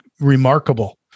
remarkable